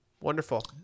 Wonderful